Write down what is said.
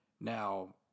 Now